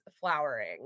flowering